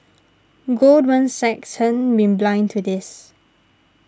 Goldman Sachs hasn't been blind to this